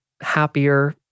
happier